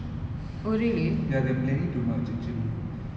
movie industry ஒரு:oru cinema industry in singapore